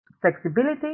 flexibility